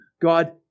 God